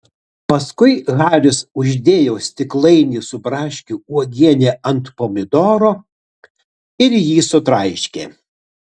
paskui haris uždėjo stiklainį su braškių uogiene ant pomidoro ir jį sutraiškė